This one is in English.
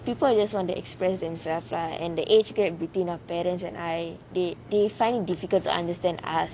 people just want to express themselves lah and the age gap between our parents and I they they find it difficult to understand us